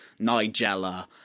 nigella